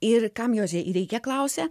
ir kam jos reikia klausė